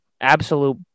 absolute